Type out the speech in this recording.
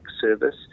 service